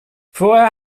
vorher